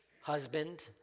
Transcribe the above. husband